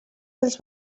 dels